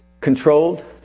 controlled